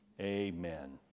amen